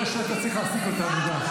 אני רואה שאתה צריך להעסיק אותנו גם.